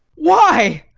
why?